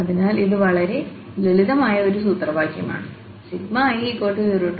അതിനാൽ ഇത് വളരെ ലളിതമായ ഒരു സൂത്രവാക്യമാണ്i0nLixf